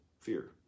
fear